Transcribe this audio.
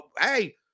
hey